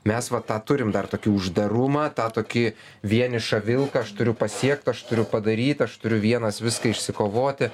mes va tą turim dar tokių uždarumą tą tokį vienišą vilką aš turiu pasiekt aš turiu padaryt aš turiu vienas viską išsikovoti